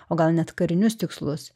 o gal net karinius tikslus